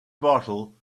bottle